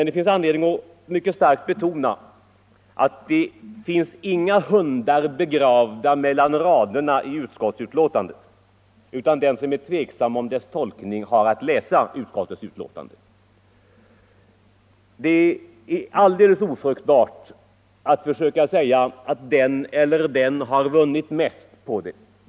Det finns anledning att betona att det inte är några hundar begravda mellan raderna i utskottsbetänkandet, utan den som är tveksam om tolkningen har bara att läsa det. Det är alldeles ofruktbart att säga att den eller den har vunnit mest.